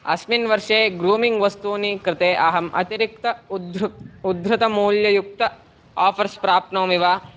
अस्मिन् वर्षे ग्रूमिङ्ग् वस्तूनि कृते अहम् अतिरिक्त उद्धृतं उद्धृतमूल्ययुक्त आफ़र्स् प्राप्नोमि वा